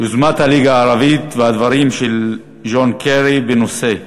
יוזמת הליגה הערבית ודברי ג'ון קרי בנושא,